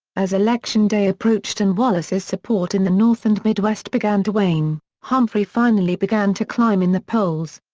as election day approached and wallace's support in the north and midwest began to wane, humphrey finally began to climb in the polls.